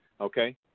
Okay